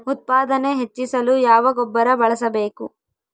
ಉತ್ಪಾದನೆ ಹೆಚ್ಚಿಸಲು ಯಾವ ಗೊಬ್ಬರ ಬಳಸಬೇಕು?